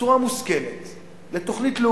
בצורה מושכלת,